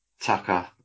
Tucker